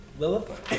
Lilith